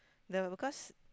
no because